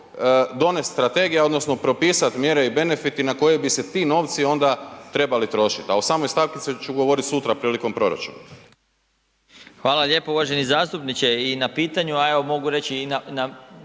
donijeti strategija, odnosno propisati mjere i benefiti na koje bi se ti novci onda trebali trošiti a o samoj stavci ću govoriti sutra prilikom proračuna.